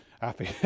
happy